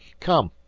come!